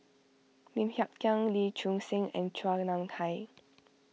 Lim Hng Kiang Lee Choon Seng and Chua Nam Hai